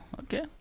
okay